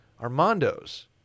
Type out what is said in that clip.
Armando's